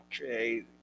Okay